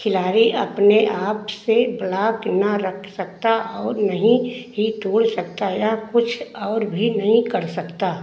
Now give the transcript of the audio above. खिलाड़ी अपने आप से ब्लॉक न रख सकता और नहीं ही तोड़ सकता या कुछ और भी नहीं कर सकता